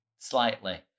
Slightly